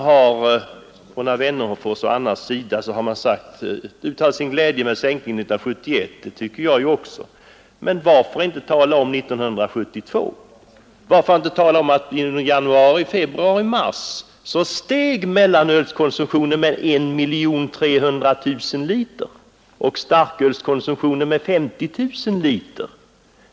Herr Wennerfors och andra har uttalat sin glädje över sänkningen 1971 — och den är jag också glad över. Men varför inte tala om 1972? Varför inte tala om att mellanölkonsumtionen under januari—februari—-mars steg med 1 300 000 liter och starkölskonsumtion med 50 000 liter?